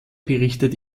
berichtet